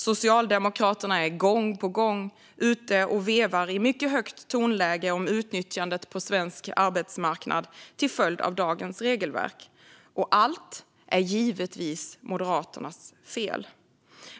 Socialdemokraterna är gång på gång ute och vevar i mycket högt tonläge om utnyttjandet på svensk arbetsmarknad till följd av dagens regelverk, och allt är givetvis Moderaternas fel.